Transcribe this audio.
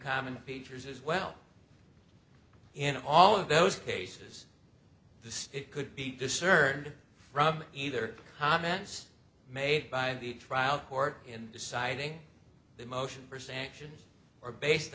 common features as well in all of those cases this could be discerned from either comments made by the trial court in deciding the motion for sanctions or based